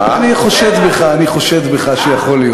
אני חושד בך, אני חושד בך שיכול להיות.